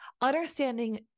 understanding